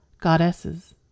goddesses